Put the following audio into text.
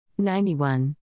91